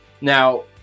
Now